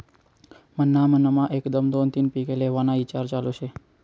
मन्हा मनमा एकदम दोन तीन पिके लेव्हाना ईचार चालू शे